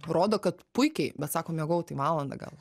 rodo kad puikiai bet sako miegojau tai valandą gal